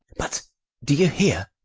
but do you hear,